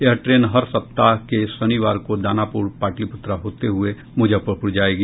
यह ट्रेन हर सप्ताह के शनिवार को दानापुर पाटलिपुत्रा होते हुये मुजफ्फरपुर जायेगी